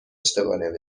زوم